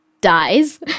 dies